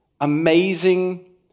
amazing